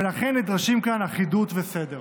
ולכן נדרשים כאן אחידות וסדר.